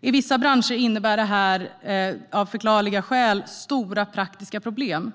I vissa branscher innebär det av förklarliga skäl stora praktiska problem.